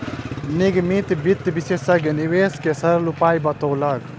निगमित वित्त विशेषज्ञ निवेश के सरल उपाय बतौलक